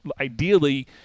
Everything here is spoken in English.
ideally